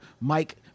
Mike